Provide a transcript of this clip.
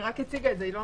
היא רק מציגה את זה.